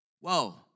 Whoa